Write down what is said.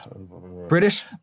British